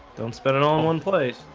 don't spend it all in one place.